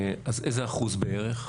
איזה אחוז בערך?